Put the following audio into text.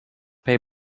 pay